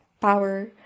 power